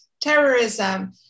terrorism